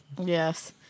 Yes